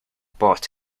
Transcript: bought